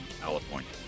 california